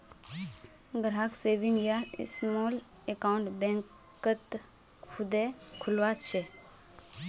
ग्राहक सेविंग या small account बैंकत खुदे खुलवा छे